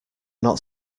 not